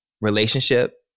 relationship